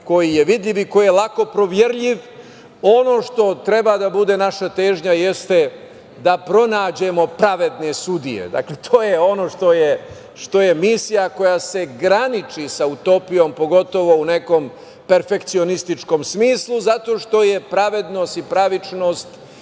koji je vidljiv i koji je lako proverljiv, ono što treba da bude naša težnja jeste da pronađemo pravedne sudije. Dakle, to je ono što je misija koja se graniči sa utopijom, pogotovo u nekom perfekcionističkom smislu, zato što je pravednost i pravičnost